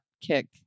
kick